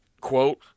quote